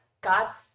god's